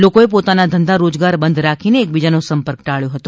લોકોએ પોતાના ધંધા રોજગાર બંધ રાખીને એકબીજાનો સંપર્ક ટાબ્યો હતો